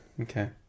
okay